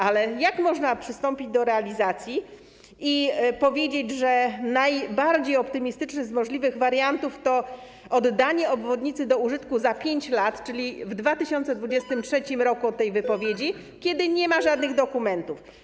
Ale jak można przystąpić do realizacji i powiedzieć, że najbardziej optymistyczny z możliwych wariantów to oddanie obwodnicy do użytku po 5 latach, czyli w 2023 r. od tej wypowiedzi, kiedy nie ma żadnych dokumentów?